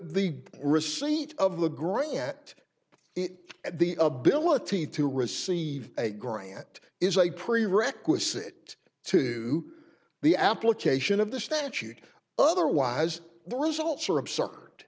the receipt of the grant it at the ability to receive a grant is a prerequisite to the application of the statute otherwise the results are absurd